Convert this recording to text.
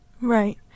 Right